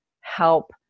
help